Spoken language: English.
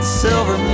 silver